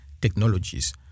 technologies